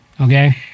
Okay